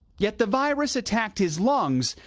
yet the virus attacked his lungs,